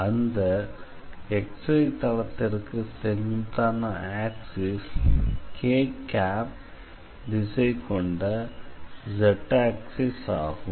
அந்த xy தளத்திற்கு செங்குத்தான ஆக்சிஸ் k திசை கொண்ட z ஆக்சிஸ் ஆகும்